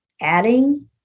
adding